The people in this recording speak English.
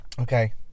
Okay